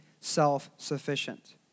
self-sufficient